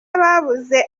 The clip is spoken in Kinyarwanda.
ababuze